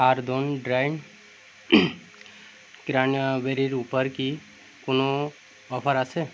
আর্থন dried ক্র্যানবেরির উপর কি কোনও অফার আছে